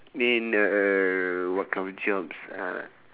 in uh what kind of jobs uh